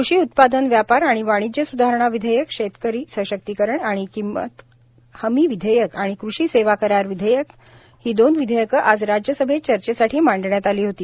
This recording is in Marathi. कृषी उत्पादन व्यापार आणि वाणिज्य सुधारणा विधेयक शेतकरी सशक्तीकरण आणि किंमत हमी विधेयक आणि कृषी सेवा करार विषयक विधेयक ही दोन विधेयक आज राज्यसभेत चर्चेसाठी मांडण्यात आली होती